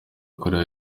korea